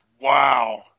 Wow